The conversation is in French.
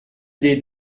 des